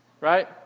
right